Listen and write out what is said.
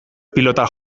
pilotan